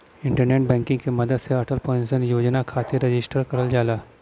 internet banking के मदद से अटल पेंशन योजना खातिर रजिस्टर करल जाला